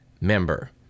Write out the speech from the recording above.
member